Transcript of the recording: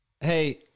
Hey